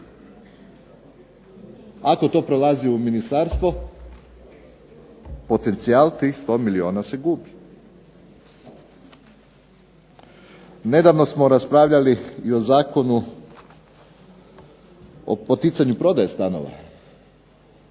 Ako to prelazi u ministarstvo, potencijal tih 100 milijuna se gubi. Nedavno smo raspravljali i o Zakonu o poticanju prodaje stanova,